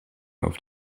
auf